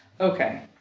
Okay